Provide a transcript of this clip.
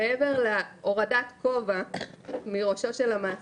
מעבר להורדת כובע מראשו של המעסיק,